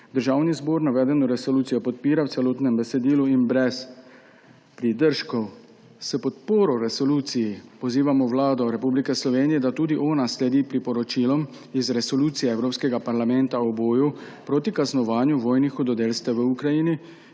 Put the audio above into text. Državni zbor navedeno resolucijo podpira v celotnem besedilu in brez pridržkov. S podporo resoluciji pozivamo Vlado Republike Slovenije, da tudi ona sledi priporočilom iz Resolucije Evropskega parlamenta o boju proti kaznovanju vojnih hudodelstev v Ukrajini